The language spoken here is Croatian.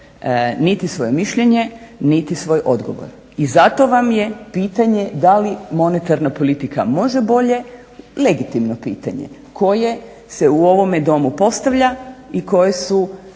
niti svoje mišljenje niti svoj odgovor. I zato vam je pitanje da li monetarna politika može bolje legitimno pitanje koje se u ovome Domu postavlja i koje su